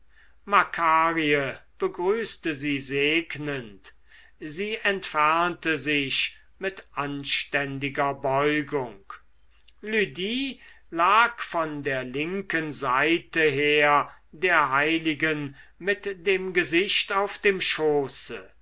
makarie begrüßte sie segnend sie entfernte sich mit anständiger beugung lydie lag von der linken seite her der heiligen mit dem gesicht auf dem schoße